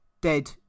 dead